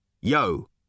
Yo